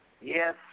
Yes